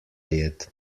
jed